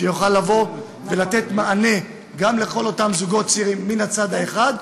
שיוכלו לתת מענה גם לכל אותם זוגות צעירים מצד אחד,